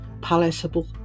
palatable